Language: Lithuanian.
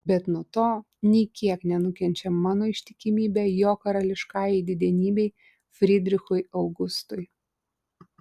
bet nuo to nė kiek nenukenčia mano ištikimybė jo karališkajai didenybei frydrichui augustui